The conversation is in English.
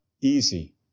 easy